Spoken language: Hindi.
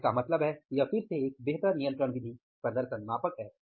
तो इसका मतलब है कि यह फिर से एक बेहतर नियंत्रण विधि प्रदर्शन मापक है